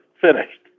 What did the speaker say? finished